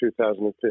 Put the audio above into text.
2015